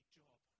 job